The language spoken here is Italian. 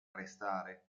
arrestare